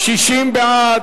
60 בעד,